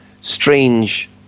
strange